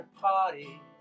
party